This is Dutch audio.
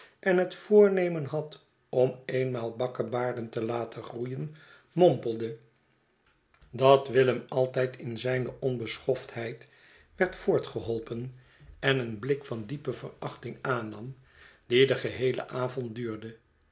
en het voornemen had om eenmaal bakkebaarden te laten groeien mompelde dat willem altijd in zijne onbeschoftheid werd voortgeholpen en een blik van diepe verachting aannam die den geheeien avond duurde